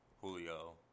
Julio